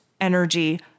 energy